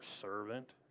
servant